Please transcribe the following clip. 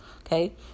okay